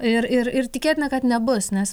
ir ir ir tikėtina kad nebus nes